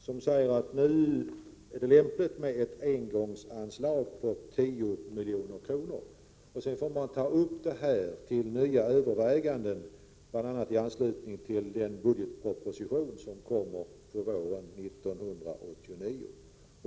Enligt majoriteten är det nu lämpligt med ett engångsanslag om 10 milj.kr. Sedan får man ta upp frågan till nya överväganden, bl.a. i anslutning till den budgetproposition som kommer till våren 1989.